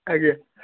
ଆଜ୍ଞା